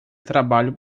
trabalho